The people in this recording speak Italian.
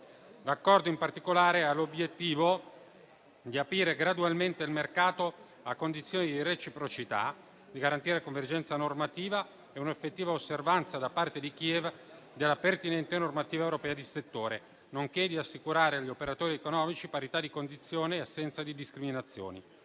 L'Accordo, in particolare, ha l'obiettivo di aprire gradualmente il mercato a condizioni di reciprocità, di garantire la convergenza normativa e un'effettiva osservanza, da parte di Kiev, della pertinente normativa europea di settore, nonché di assicurare agli operatori economici parità di condizioni e assenza di discriminazioni.